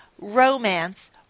romance